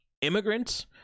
immigrants